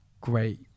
great